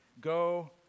Go